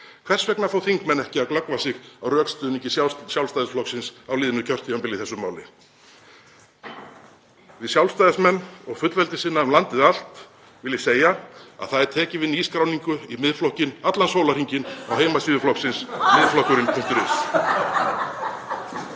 Hvers vegna fá þingmenn ekki að glöggva sig á rökstuðningi Sjálfstæðisflokksins á liðnu kjörtímabili í þessu máli? Við Sjálfstæðismenn og fullveldissinna um landið allt vil ég segja að það er tekið við nýskráningum í Miðflokkinn allan sólarhringinn á heimasíðu flokksins, midflokkurinn.is.